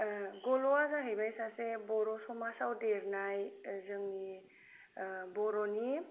गल'आ जाहैबाय सासे बर' समाजआव देरनाय जोंनि बर'नि